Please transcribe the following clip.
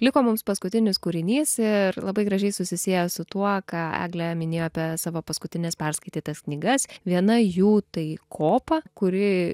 liko mums paskutinis kūrinys ir labai gražiai susisieja su tuo ką eglė minėjo apie savo paskutines perskaitytas knygas viena jų tai kopa kuri